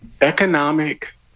Economic